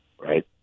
right